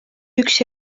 üks